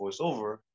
voiceover